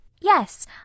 Yes